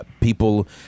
people